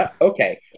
okay